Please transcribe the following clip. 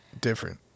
Different